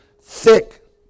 thick